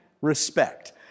respect